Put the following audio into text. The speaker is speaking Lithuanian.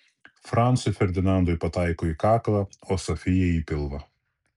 francui ferdinandui pataiko į kaklą o sofijai į pilvą